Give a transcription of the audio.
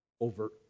over